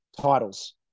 titles